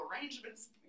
arrangements